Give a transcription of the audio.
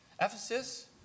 Ephesus